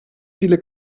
viele